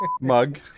mug